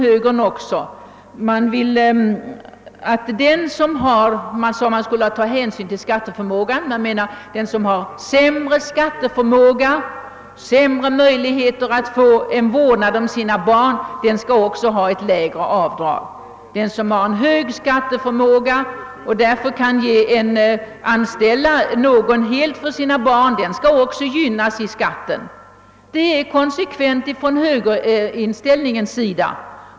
Högern anser att man skall ta hänsyn till skatteförmågan. Den som har sämre skatteförmåga och sämre möjligheter att få hjälp med vårdnaden av sina barn skall ha lägre avdrag. Den som har hög skatteförmåga och kan anställa någon att vårda sina barn skall också gynnas i fråga om skatten. Det är konsekvensen av högerns inställning.